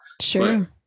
sure